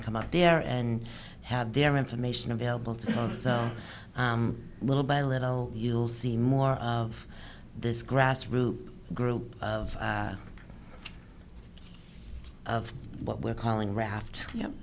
to come out there and have their information available to us so little by little you'll see more of this grassroots group of of what we're calling raft y